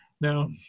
Now